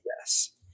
Yes